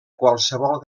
qualsevol